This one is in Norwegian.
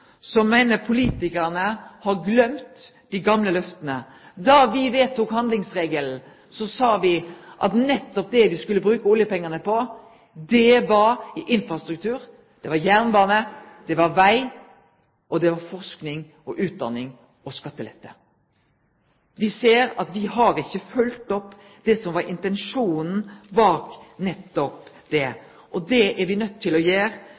som meiner politikarane har gløymt dei gamle løfta. Da me vedtok handlingsregelen, sa me at det me nettopp skulle bruke oljepengane på, var infrastruktur, jernbane, veg, forsking og utdanning og skattelette. Me ser at me ikkje har følgt opp det som var intensjonen bak nettopp det. Det er me nøydde til å gjere,